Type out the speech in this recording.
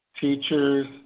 teachers